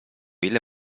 ile